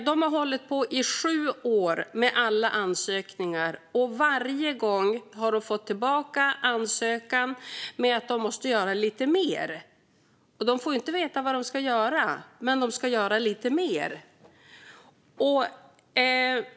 De har hållit på i sju år med alla ansökningar. Varje gång har de fått tillbaka ansökan med uppmaningen att göra lite mer. De får inte veta vad de ska göra, men de ska göra lite mer.